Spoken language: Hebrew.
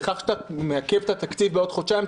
בכך שאתה מעכב את התקציב בעוד חודשיים,